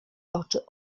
oczy